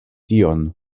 tion